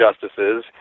justices